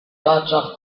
daughter